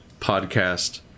podcast